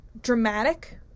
dramatic